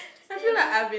steady